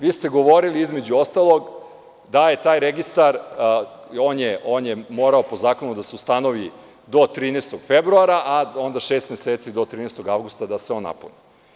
Vi ste govorili, između ostalog, da je taj registar morao po zakonu da se ustanovi do 13. februara, a onda šest meseci do 13. avgusta da se on napuni.